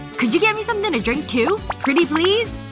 could you get me something to drink, too? pretty please?